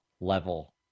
level